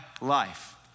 life